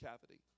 cavity